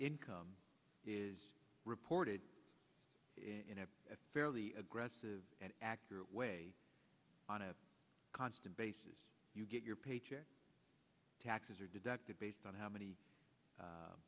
income is reported in a fairly aggressive and accurate way on a constant basis you get your paycheck taxes are deducted based on how many